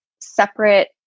separate